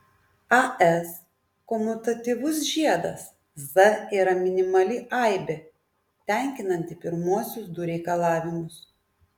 as komutatyvus žiedas z yra minimali aibė tenkinanti pirmuosius du reikalavimus